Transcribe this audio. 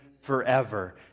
forever